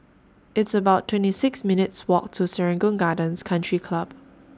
It's about twenty six minutes' Walk to Serangoon Gardens Country Club